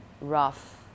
rough